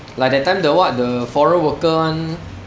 like that time the what the foreign worker [one]